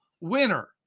winner